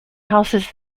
houses